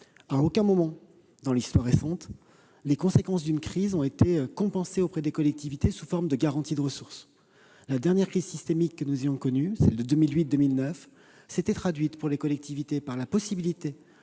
À aucun moment de l'histoire récente, les conséquences d'une crise n'ont été compensées auprès des collectivités sous forme de garantie de ressources. La dernière crise systémique que nous ayons connue, celle de 2008-2009, s'était traduite, pour les collectivités, par la possibilité